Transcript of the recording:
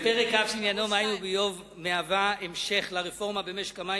פרק כ' שעניינו מים וביוב מהווה המשך לרפורמה במשק המים